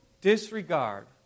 disregard